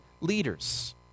leaders